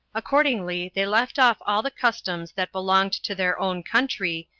accordingly, they left off all the customs that belonged to their own country,